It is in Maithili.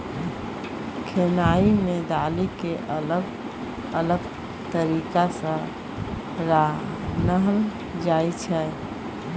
खेनाइ मे दालि केँ अलग अलग तरीका सँ रान्हल जाइ छै